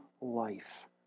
life